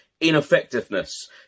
ineffectiveness